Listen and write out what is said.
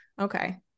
okay